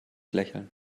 lächeln